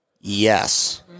Yes